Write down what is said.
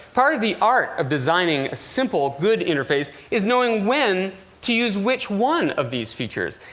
part of the art of designing a simple, good interface, is knowing when to use which one of these features.